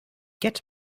get